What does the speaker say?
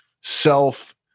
self